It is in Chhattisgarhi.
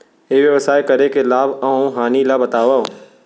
ई व्यवसाय करे के लाभ अऊ हानि ला बतावव?